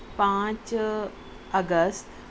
پانچ اگست